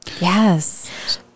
Yes